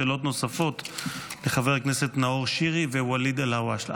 שאלות נוספות לחברי הכנסת נאור שירי וואליד אלהואשלה.